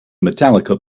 metallica